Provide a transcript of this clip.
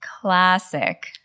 classic